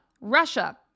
Russia